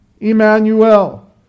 Emmanuel